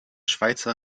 schweizer